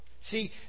See